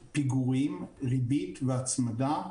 פיגורים, ריבית והצמדה.